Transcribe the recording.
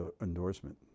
endorsement